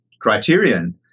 criterion